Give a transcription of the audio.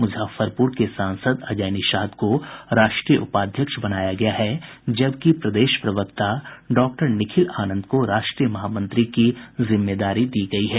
मुजफ्फरपुर के सांसद अजय निषाद को राष्ट्रीय उपाध्यक्ष बनाया गया है जबकि प्रदेश प्रवक्ता डॉक्टर निखिल आनंद को राष्ट्रीय महामंत्री की जिम्मेदारी दी गयी है